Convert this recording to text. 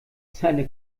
seine